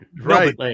Right